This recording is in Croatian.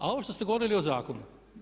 A ovo što ste govorili o zakonu.